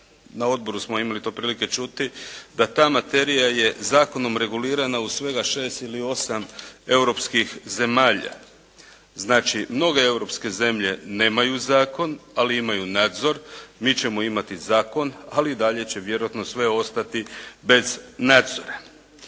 na odboru smo imali to prilike čuti da ta materija je zakonom regulirana u svega 6 ili 8 europskih zemalja. Znači mnoge europske zemlje nemaju zakon, ali imaju nadzor. Mi ćemo imati zakon, ali i dalje će vjerojatno sve ostati bez nadzora.